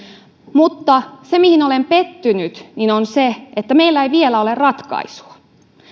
mutta se mihin olen pettynyt on se että meillä ei vielä ole ratkaisua